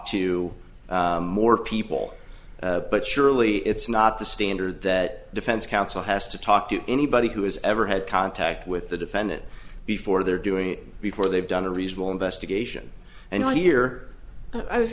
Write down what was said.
to more people but surely it's not the standard that defense counsel has to talk to anybody who has ever had contact with the defendant before they're doing it before they've done a reasonable investigation and here i was